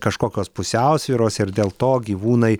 kažkokios pusiausvyros ir dėl to gyvūnai